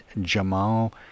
Jamal